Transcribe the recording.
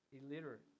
illiterate